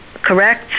Correct